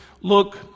look